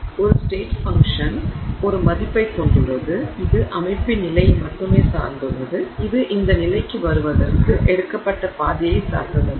ஒரு state function state function - நிலை சார்பு ஒரு மதிப்பைக் கொண்டுள்ளது இது அமைப்பின் நிலையை மட்டுமே சார்ந்துள்ளது இது இந்த நிலைக்கு வருவதற்கு எடுக்கப்பட்ட பாதையை சார்ந்தது அல்ல